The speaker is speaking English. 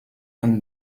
and